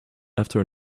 after